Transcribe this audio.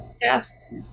Yes